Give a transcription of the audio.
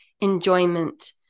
enjoyment